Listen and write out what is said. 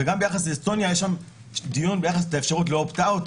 וגם ביחס לאסטוניה יש שם דיון ביחס לאפשרות ל-opt-out,